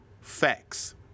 facts